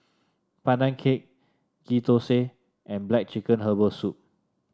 Pandan Cake Ghee Thosai and black chicken Herbal Soup